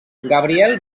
gabriel